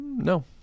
No